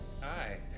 Hi